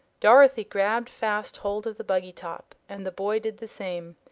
dorothy grabbed fast hold of the buggy top and the boy did the same.